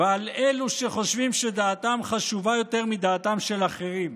ועל אלו שחושבים שדעתם חשובה יותר מדעתם של אחרים.